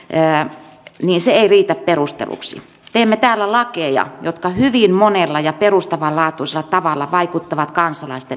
antautumisen merkkejä ei ole ilmassa hyvä niin ja on syytä kiittää ministeriä jo tähänastisesta toiminnasta